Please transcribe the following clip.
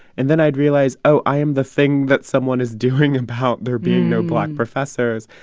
and then i'd realized, oh, i am the thing that someone is doing about there being no black professors.